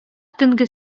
төнге